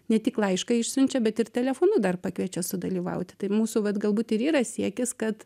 ne tik laišką išsiunčia bet ir telefonu dar pakviečia sudalyvauti tai mūsų vat galbūt ir yra siekis kad